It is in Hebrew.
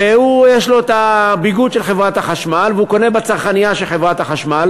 ויש לו ביגוד של חברת החשמל והוא קונה בצרכנייה של חברת החשמל,